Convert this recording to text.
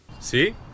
See